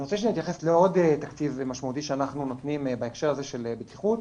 אני רוצה שנתייחס לעוד תקציב משמעותי שאנחנו נותנים בהקשר של בטיחות,